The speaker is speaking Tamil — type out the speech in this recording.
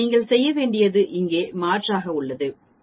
நீங்கள் செய்ய வேண்டியது இங்கே மாற்றாக உள்ளது μ 0 x 3